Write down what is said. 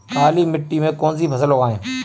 काली मिट्टी में कौन सी फसल लगाएँ?